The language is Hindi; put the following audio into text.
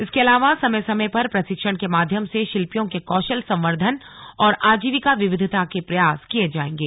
इसके अलावा समय समय पर प्रशिक्षण के माध्यम से शिल्पियों के कौशल संवर्धन और आजीविका विविधता के प्रयास किये जायेंगे